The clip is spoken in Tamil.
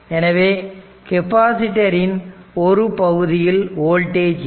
எனவே கெப்பாசிட்டர் இன் ஒரு பகுதியில் வோல்டேஜ் இல்லை